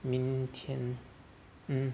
明天 mm